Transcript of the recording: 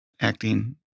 acting